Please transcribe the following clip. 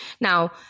Now